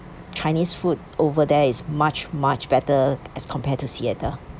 chinese food over there it's much much better as compared to seattle